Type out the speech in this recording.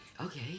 Okay